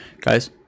Guys